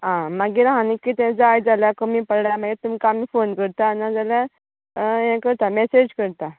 आं मागीर आनी कितेंय जाय जाल्यार कमी पडल्यार मागीर तुमका आमी फोन करता ना जाल्यार हेंं करता मॅसेज करतां